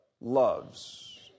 loves